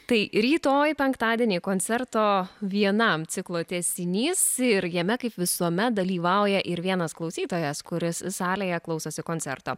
tai rytoj penktadienį koncerto vienam ciklo tęsinys ir jame kaip visuomet dalyvauja ir vienas klausytojas kuris salėje klausosi koncerto